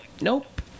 nope